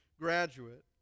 graduate